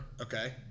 okay